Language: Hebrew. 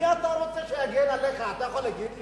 מי אתה רוצה שיגן עליך, אתה יכול להגיד לי?